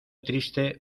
triste